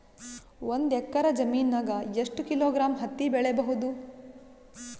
ಒಂದ್ ಎಕ್ಕರ ಜಮೀನಗ ಎಷ್ಟು ಕಿಲೋಗ್ರಾಂ ಹತ್ತಿ ಬೆಳಿ ಬಹುದು?